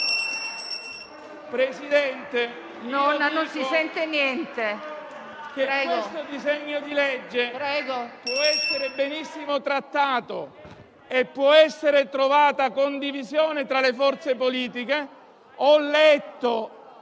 *(IV-PSI)*. Io dico che questo disegno di legge può essere benissimo trattato e può essere trovata condivisione tra le forze politiche. Ho letto